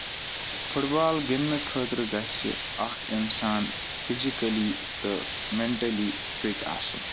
foot بال گِندنہٕ خٲطرٕ گژھِ اکھ اِنسان فِزِکٔلی تہٕ مینٹٔلی فِٹ آسُن